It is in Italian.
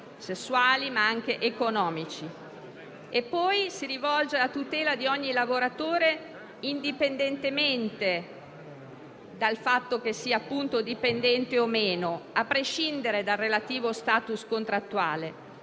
sessuali ma anche economici. E poi si rivolge alla tutela di ogni lavoratore, indipendentemente dal fatto che sia dipendente o meno, a prescindere dal relativo *status* contrattuale.